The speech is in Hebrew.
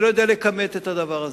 אני לא יודע לכמת את הדבר הזה.